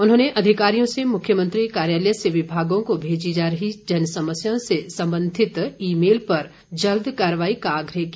उन्होंने अधिकारियों से मुख्यमंत्री कार्यालय से विभागों को भेजी जा रही जनसमस्यों से संबंधित ई मेल पर जल्द कार्रवाई करने का आग्रह किया